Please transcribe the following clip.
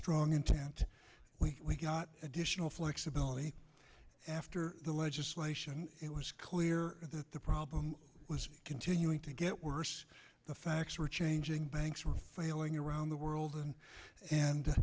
strong intent we got additional flexibility after the legislation it was clear that the problem was continuing to get worse the facts were changing banks were failing around the world and and